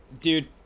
Dude